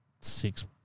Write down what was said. six